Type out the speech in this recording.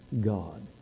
God